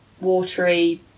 watery